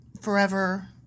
forever